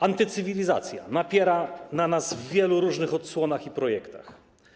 Antycywilizacja napiera na nas w wielu różnych odsłonach i projektach.